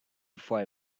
before